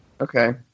Okay